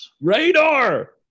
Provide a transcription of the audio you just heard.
radar